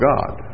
God